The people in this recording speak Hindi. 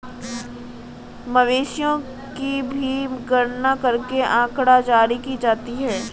मवेशियों की भी गणना करके आँकड़ा जारी की जाती है